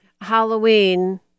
Halloween